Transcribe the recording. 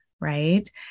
Right